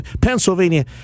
Pennsylvania